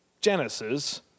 Genesis